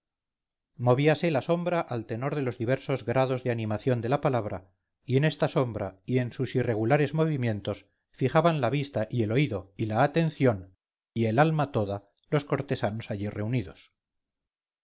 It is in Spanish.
ventana movíase la sombra al tenor de los diversos grados de animación de la palabra y en esta sombra y en sus irregulares movimientos fijaban la vista y el oído y la atención y el alma toda los cortesanos allí reunidos